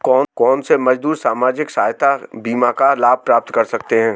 कौनसे मजदूर सामाजिक सहायता बीमा का लाभ प्राप्त कर सकते हैं?